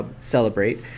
Celebrate